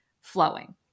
flowing